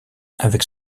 avec